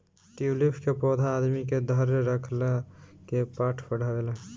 tulip के पौधा आदमी के धैर्य रखला के पाठ पढ़ावेला